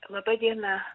laba diena